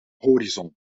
horizon